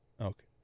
Okay